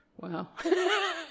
Wow